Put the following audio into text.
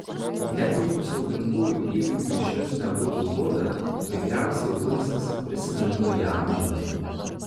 net jeigu siaubingųjų įvykių išvis nebūtų buvę tikriausiai luisas prisimintų ją amžinai